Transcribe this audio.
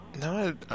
No